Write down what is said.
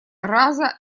раза